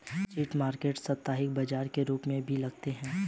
street market साप्ताहिक बाजार के रूप में भी लगते हैं